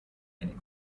many